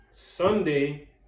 Sunday